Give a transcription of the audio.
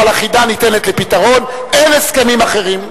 אבל החידה ניתנת לפתרון, אין הסכמים אחרים.